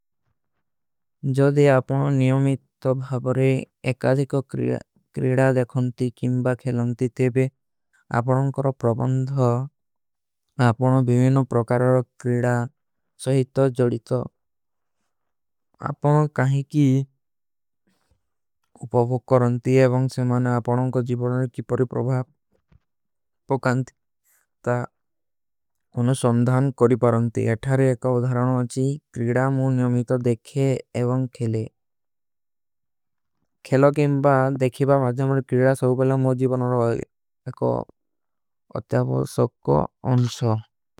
ଜଦେ ଆପନୋଂ ନିଯମିତ ଭାବରେ ଏକାଦୀ କୋ କ୍ରିଡା ଦେଖନତୀ। କୀଂବା ଖେଲନତୀ ତେଵେ ଆପନୋଂ କର ପ୍ରବଂଦ ହୋ ଆପନୋଂ। ଭୀମେନୋଂ ପ୍ରକାରାରୋଂ କ୍ରିଡା ସହୀତୋଂ ଜଡିତୋଂ ଆପନୋଂ। କାହୀ କୀ ଉପଵକ କରନତୀ। ଏବଂସେ ମାନେ ଆପନୋଂ କୋ ଜୀଵନର କୀ ପରିପ୍ରଭାପ। ପକାନତୀ ତ ଅଥାରେ ଏକ ଉଧାରାନ। ହୋ ଜୀ କ୍ରିଡା ମୁଝ ନିଯମିତୋଂ ଦେଖେ ଏବଂଗ ଖେଲେ ଖେଲୋଂ। କେଂବା ଦେଖେବା ଭାଜେ ମୁଝ କ୍ରିଡା ସଭୁପଲା ମୁଝ ଜୀଵନର। ହୋଗେ ଏକୋ ଅତ୍ଯାପୋ ସକ୍କୋ ଅଂସୋ।